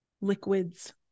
liquids